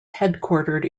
headquartered